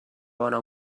bona